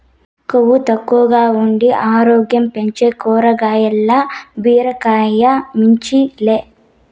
కొవ్వు తక్కువగా ఉండి ఆరోగ్యం పెంచే కాయగూరల్ల బీరకాయ మించింది లే